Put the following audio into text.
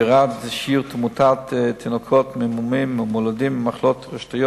ירד שיעור תמותת תינוקות ממומים מולדים ומחלות תורשתיות